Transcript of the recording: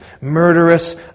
murderous